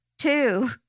Two